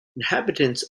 inhabitants